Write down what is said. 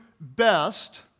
best